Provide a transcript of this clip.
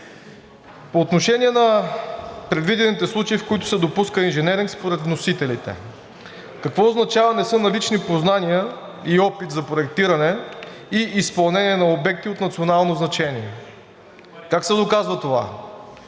По отношение на предвидените случаи, в които се допуска инженеринг според вносителите. Какво означава, че не са налични познания и опит за проектиране и изпълнение на обекти от национално значение? Как се доказва това?